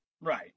right